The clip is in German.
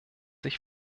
ich